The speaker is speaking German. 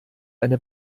eine